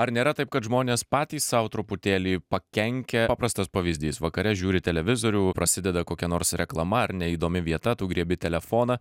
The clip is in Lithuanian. ar nėra taip kad žmonės patys sau truputėlį pakenkia paprastas pavyzdys vakare žiūri televizorių prasideda kokia nors reklama ar neįdomi vieta tu griebi telefoną